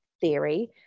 theory